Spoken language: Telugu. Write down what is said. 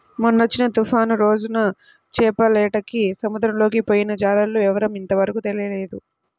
మొన్నొచ్చిన తుఫాను రోజున చేపలేటకని సముద్రంలోకి పొయ్యిన జాలర్ల వివరం ఇంతవరకు తెలియనేలేదు